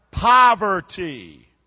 Poverty